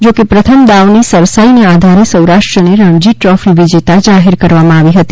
જોકે પ્રથમ દાવની સરસાઈને આધારે સૌરાષ્ટ્રને રણજી ટ્રોફી વિજેતા જાહેર કરવામાં આવી હતી